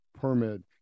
permit